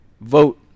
vote